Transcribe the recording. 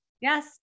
Yes